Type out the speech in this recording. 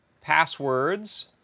passwords